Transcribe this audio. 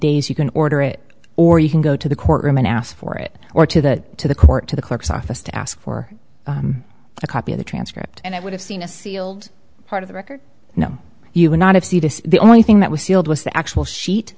days you can order it or you can go to the courtroom and ask for it or to the to the court to the clerk's office to ask for a copy of the transcript and i would have seen a sealed part of the record no you would not have the only thing that was sealed was the actual sheet